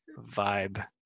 vibe